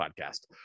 podcast